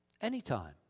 anytime